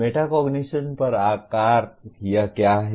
metacognition पर आकर यह क्या है